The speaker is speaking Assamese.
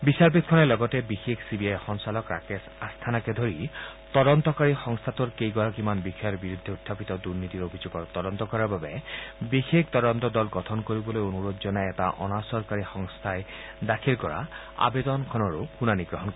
বিচাৰপীঠখনে লগতে বিশেষ চি বি আই সঞ্চালক ৰাকেশ আস্থানাকে ধৰি তদন্তকাৰী সংস্থাটোৰ কেইগৰাকীমান বিষয়াৰ বিৰুদ্ধে উখাপিত দুনীতিৰ অভিযোগৰ তদন্ত কৰাৰ বাবে বিশেষ তদন্ত দল গঠন কৰিবলৈ অনুৰোধ জনাই এটা অনা চৰকাৰী সংস্থাই দাখিল কৰা আবেদনখনৰো শুনানী গ্ৰহণ কৰিব